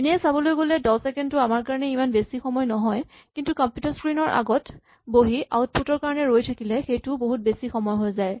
এনেয়ে চাবলৈ গ'লে দহ ছেকেণ্ড টো আমাৰ কাৰণে ইমান বেছি সময় নহয় কিন্তু কম্পিউটাৰ স্ক্ৰীণ ৰ আগত বহি আউটপুট ৰ কাৰণে ৰৈ থাকিলে সেইটোও বহুত বেছি সময় হৈ যায়